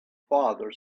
father